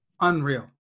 Unreal